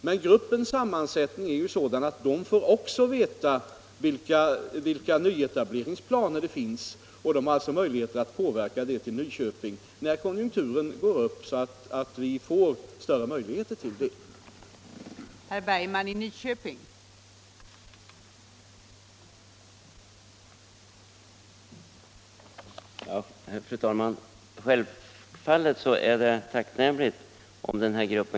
Men gruppens sammansättning är sådan att den också får veta vilka nyetableringsplaner som finns, och gruppen har alltså möjligheter att påverka dem till Nyköpings favör när konjunkturen går upp och vi får större möjligheter till sådan etablering.